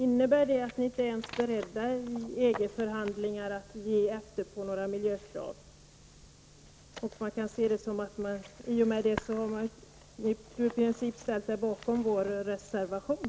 Innebär det att ni inte ens i EG förhandlingar är beredda att ge efter på några miljökrav? I och med det har ni i princip ställt er bakom vår reservation.